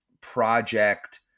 project